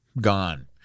gone